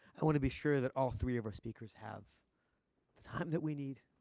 i want to be sure that all three of our speakers have the time that we need.